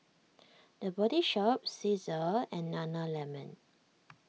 the Body Shop Cesar and Nana Lemon